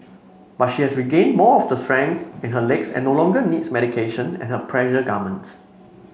but she has regained more of the strength in her legs and no longer needs medication and her pressure garment